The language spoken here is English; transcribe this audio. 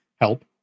help